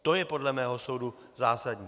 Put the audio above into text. To je podle mého soudu zásadní.